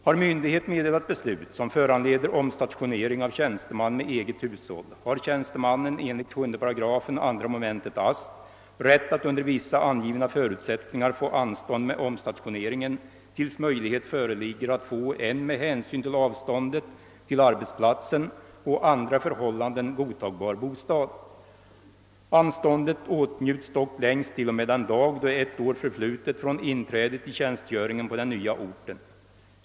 Har myndighet meddelat beslut, som föranleder omstationering av tjänsteman med eget hushåll, har tjänstemannen enligt 7 § 2 mom. AST rätt att under vissa angivna förutsättningar få anstånd med omstationeringen tills möjlighet föreligger att få en med hänsyn till avståndet till arbetsplatsen och andra förhållanden godtagbar bostad. Anståndet åtnjuts dock längst t.o.m. den dag då ett år förflutit från inträdet i tjänstgöring på den nya orten.